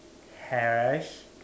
hash